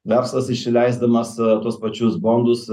verslas išsileisdamas tuos pačius bondus